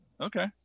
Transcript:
Okay